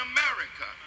America